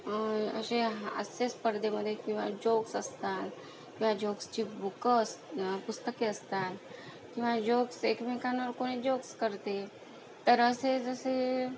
असे हास्यस्पर्धेमध्ये किंवा जोक्स असतात किंवा जोक्सची बुकं अस ना पुस्तके असतात किंवा जोक्स एकमेकांवर कोणी जोक्स करते तर असे जसे